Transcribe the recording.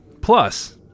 plus